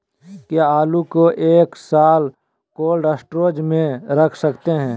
क्या आलू को एक साल कोल्ड स्टोरेज में रख सकते हैं?